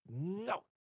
no